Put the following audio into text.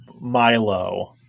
Milo